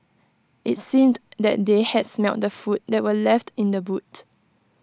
IT seemed that they had smelt the food that were left in the boot